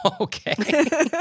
Okay